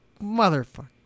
motherfucker